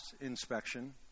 inspection